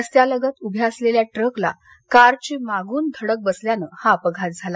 रस्त्यालगत उभ्या असलेल्या ट्रकला कारची मागून धडक बसल्यानं हा अपघात झाला